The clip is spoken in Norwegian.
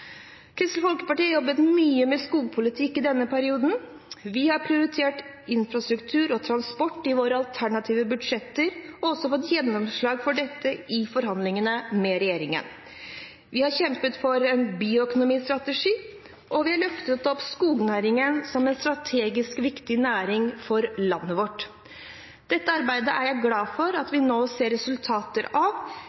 Kristelig Folkeparti har jobbet mye med skogpolitikk i denne perioden. Vi har prioritert infrastruktur og transport i våre alternative budsjetter og også fått gjennomslag for dette i forhandlingene med regjeringen. Vi har kjempet for en bioøkonomistrategi, og vi har løftet opp skognæringen som en strategisk viktig næringen for landet vårt. Dette arbeidet er jeg glad for at